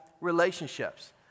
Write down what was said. relationships